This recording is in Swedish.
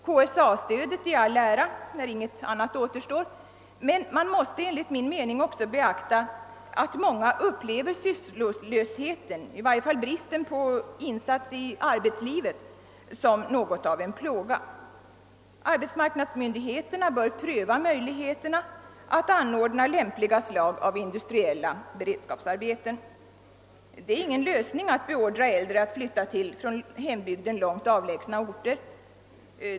KSA-stödet i all ära när inget annat återstår, men man måste enligt min mening också beakta att många upplever sysslolösheten, i varje fall bristen på insats i arbetslivet, som något av en plåga. Arbetsmarknadsmyndigheterna bör pröva möjligheterna att anordna lämpliga slag av industriella beredskapsarbeten. Det är ingen lösning att beordra äldre att flytta till från hembygden långt avlägsna orter.